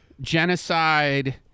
genocide